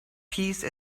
peace